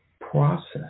process